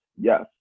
yes